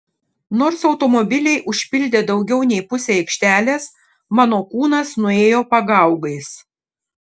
nors automobiliai užpildė daugiau nei pusę aikštelės mano kūnas nuėjo pagaugais